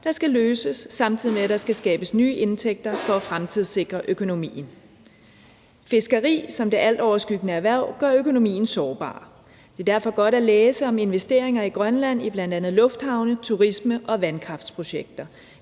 der skal løses, samtidig med at der skal skabes nye indtægter for at fremtidssikre økonomien. Fiskeri som det altoverskyggende erhverv gør økonomien sårbar. Det er derfor godt at læse om investeringer i Grønland i bl.a. lufthavne, turisme og vandkraftprojekter.